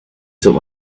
took